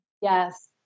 Yes